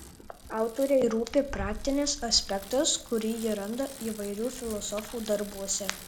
autorei rūpi praktinis aspektas kurį ji randa įvairių filosofų darbuose